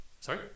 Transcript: Sorry